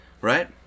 right